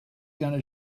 gonna